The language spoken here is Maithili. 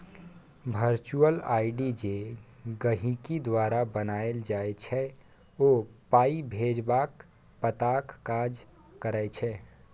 बर्चुअल आइ.डी जे गहिंकी द्वारा बनाएल जाइ छै ओ पाइ भेजबाक पताक काज करै छै